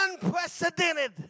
unprecedented